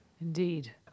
Indeed